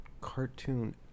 cartoon